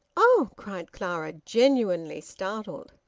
oh! cried clara, genuinely startled.